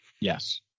Yes